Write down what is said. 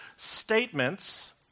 statements